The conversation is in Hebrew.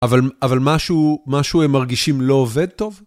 אבל משהו הם מרגישים לא עובד טוב?